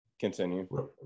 continue